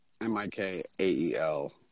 M-I-K-A-E-L